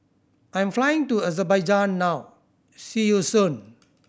I am flying to Azerbaijan now see you soon